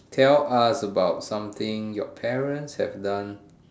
tell us about something your parents have done